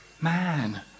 Man